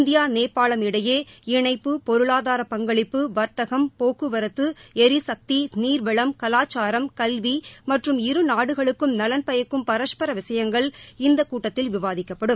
India நேபாளம் இடையே இணைப்பு பொருளாதார பங்களிப்பு வர்த்தகம் மற்றும் போக்குவரத்து எரிசக்தி மற்றம் நீர்வளம் கலாச்சாரம் கல்வி மற்றும் இருநாடுகளுக்கும் நலன் பயக்கும் பரஸ்பர விஷயங்கள் ஆகியவை இந்த கூட்டத்தில் விவாதிக்கப்படும்